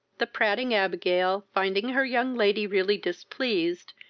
the prating abigail, finding her young lady really displeased,